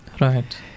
Right